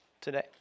today